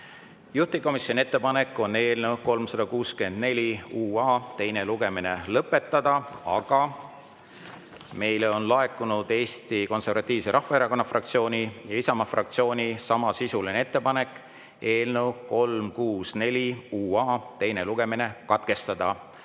Juhtivkomisjoni ettepanek on eelnõu 364 teine lugemine lõpetada, aga meile on laekunud Eesti Konservatiivse Rahvaerakonna fraktsiooni ja Isamaa fraktsiooni samasisuline ettepanek eelnõu 364 teine lugemine katkestada.